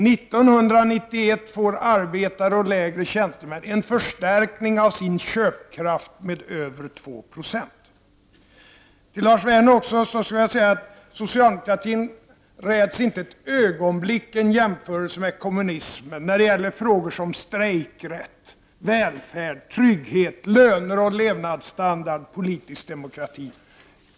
1991 får arbetare och lägre tjänstemän en förstärkning av sin köpkraft med över 2 96. Till Lars Werner skall jag också säga att socialdemokratin inte ett ögonblick räds en jämförelse med kommunismen när det gäller frågor som strejkrätt, välfärd, trygghet, löner, levnadsstandard och politisk demokrati.